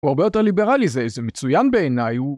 הוא הרבה יותר ליברלי זה, זה מצויין בעיניי הוא...